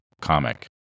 comic